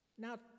Now